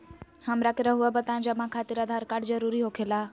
हमरा के रहुआ बताएं जमा खातिर आधार कार्ड जरूरी हो खेला?